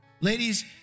Ladies